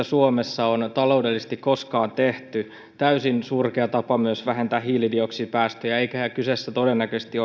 suomessa on taloudellisesti koskaan tehty täysin surkea tapa myös vähentää hiilidioksidipäästöjä eikä kyseessä todennäköisesti